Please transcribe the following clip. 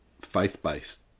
faith-based